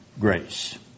grace